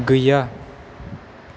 गैया